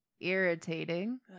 irritating